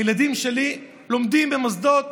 הילדים שלי, לומדים במוסדות,